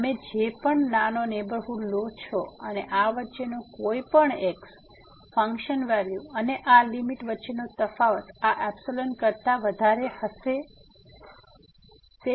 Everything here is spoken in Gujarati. તમે જે પણ નાનો નેહબરહુડ લો છો અને આ વચ્ચેનો કોઈપણ x ફંકશન વેલ્યુ અને આ લીમીટ વચ્ચેનો તફાવત આ ϵ કરતા વધારે હશે અહીં